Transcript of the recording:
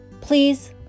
Please